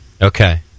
Okay